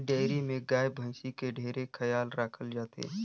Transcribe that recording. dairy में गाय, भइसी के ढेरे खयाल राखल जाथे